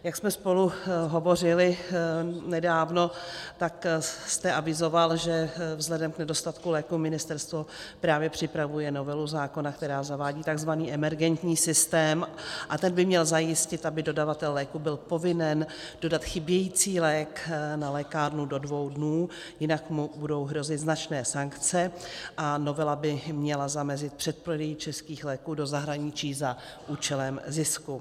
Jak jsme spolu hovořili nedávno, tak jste avizoval, že vzhledem k nedostatku léků ministerstvo právě připravuje novelu zákona, která zavádí tzv. emergentní systém, a ten by měl zajistit, aby dodavatel léků byl povinen dodat chybějící lék na lékárnu do dvou dnů, jinak mu budou hrozit značné sankce, a novela by měla zamezit přeprodeji českých léků do zahraničí za účelem zisku.